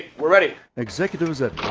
we're ready. executives at